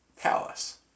Palace